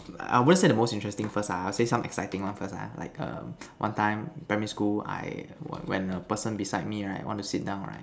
I won't say the most interesting first ah I will say some exciting one first ah like err one time primary school I when a person beside me right want to sit down right